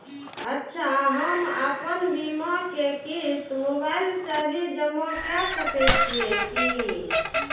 अच्छा हम आपन बीमा के क़िस्त मोबाइल से भी जमा के सकै छीयै की?